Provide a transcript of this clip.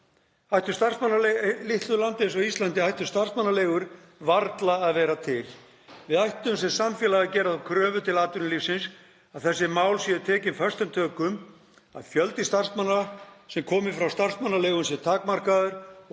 ættu starfsmannaleigur varla að vera til. Við ættum sem samfélag að gera þær kröfur til atvinnulífsins að þessi mál séu tekin föstum tökum, að fjöldi starfsmanna sem kemur frá starfsmannaleigum sé takmarkaður